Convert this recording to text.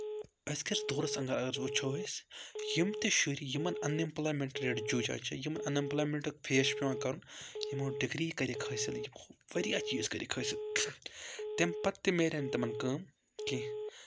أزۍکِس دورَس انٛدر اَگر وُچھو أسۍ یِم تہِ شُرۍ یِمَن اَن ایمپلایمٮ۪نٛٹ ریٹ جوٗجان چھِ یِمَن اَن ایمپلایمٮ۪نٛٹُک فیس چھُ پٮ۪وان کَرُن یِمو ڈِگری کَرِکھ حٲصِل یِمو واریاہ چیٖز کَرِکھ حٲصِل تمہِ پَتہٕ تہِ میریَن تِمَن کٲم کیٚنٛہہ